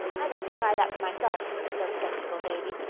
i'd like to try that for myself, said skeptical davy.